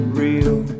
real